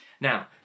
Now